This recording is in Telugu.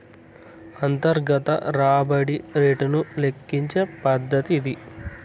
అంతర్గత రాబడి రేటును లెక్కించే పద్దతి ఇది